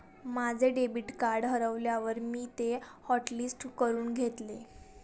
माझे debit card हरवल्यावर मी ते हॉटलिस्ट करून घेतले